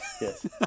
Yes